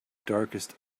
darkest